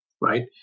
right